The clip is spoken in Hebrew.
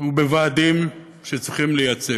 ובוועדים שצריכים לייצג.